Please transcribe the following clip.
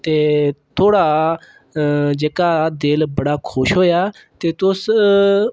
ते थुहाढ़ा जेह्का दिल बड़ा खुश होएआ ते तुस